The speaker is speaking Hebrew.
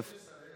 יש שר.